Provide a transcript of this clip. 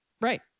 Right